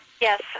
Yes